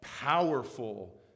powerful